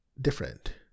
different